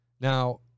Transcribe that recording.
Now